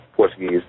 Portuguese